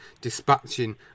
dispatching